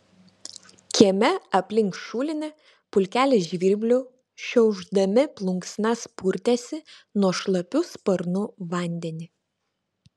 kieme aplink šulinį pulkelis žvirblių šiaušdami plunksnas purtėsi nuo šlapių sparnų vandenį